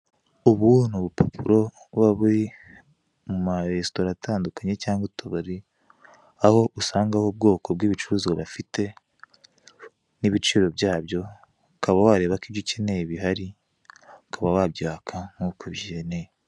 Ubu ni ubupapuro waba buri mu maresitora atandukanye cyangwa utubari, aho usangaho ubwoko bw'ibicuruzwa bafite n'ibiciro byabyo, ukaba wareba ko ibyo ukene bihari, ukaba wabyaka nkuko ubikeneye.